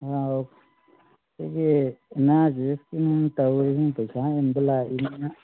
ꯑꯧ ꯑꯩꯈꯣꯏꯒꯤ N R G ꯑꯦꯁꯀꯤꯅꯦꯅ ꯇꯧꯔꯤꯁꯦ ꯄꯩꯁꯥ ꯌꯦꯟꯕ ꯂꯥꯛꯏꯅꯦꯅ